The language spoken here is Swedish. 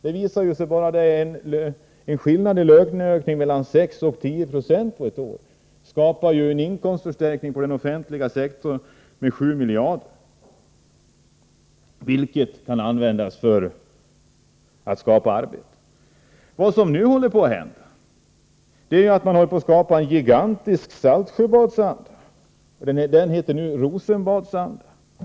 Det har visat sig att en löneökning på 6-10 90 på ett år skapar en inkomstförstärkning för den offentliga sektorn med 7 miljarder kronor, vilka kan användas för att skapa arbete. Vad som nu håller på att hända är att man skapar en gigantisk Saltsjöbadsanda. Det heter numera Rosenbadsanda.